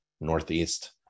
Northeast